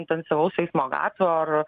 intensyvaus eismo gatvių ar